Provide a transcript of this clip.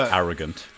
arrogant